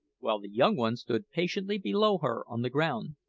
while the young one stood patiently below her on the ground.